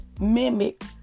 mimic